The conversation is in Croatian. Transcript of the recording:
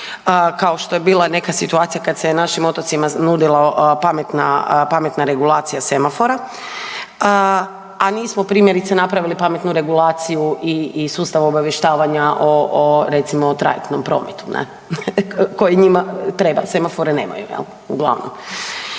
kao što je bila neka situacija kad se našim otocima nudila pametna regulacija semafora, a nismo primjerice, napravili pametnu regulaciju i sustav obavještavanja o, recimo, trajektnom prometu, ne, koji njima treba, semafore nemaju, uglavnom.